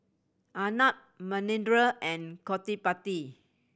Arnab Manindra and Gottipati